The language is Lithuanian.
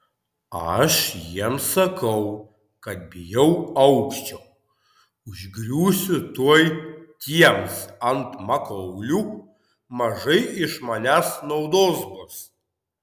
aš jiems sakau kad bijau aukščio užgriūsiu tuoj tiems ant makaulių mažai iš manęs naudos bus